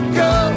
go